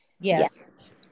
Yes